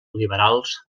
liberals